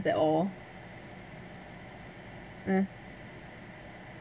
at all meh